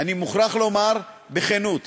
אני מוכרח לומר בכנות,